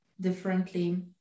differently